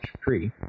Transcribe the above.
tree